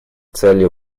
целью